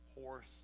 horse